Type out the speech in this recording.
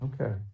Okay